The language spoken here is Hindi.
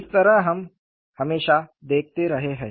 इस तरह हम हमेशा देखते रहे हैं